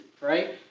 right